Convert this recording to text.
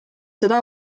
seda